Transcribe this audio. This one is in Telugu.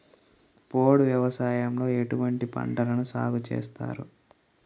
పోడు వ్యవసాయంలో ఎటువంటి పంటలను సాగుచేస్తారు?